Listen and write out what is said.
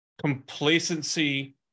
complacency